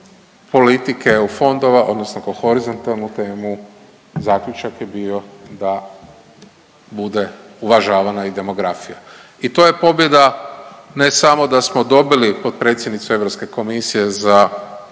politike EU fondova, odnosno kao horizontalnu temu zaključak je bio da bude uvažavana i demografija i to je pobjeda ne samo da smo dobili potpredsjednicu EK-a za